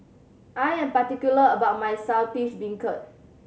I am particular about my Saltish Beancurd